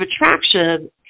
attraction